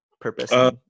purpose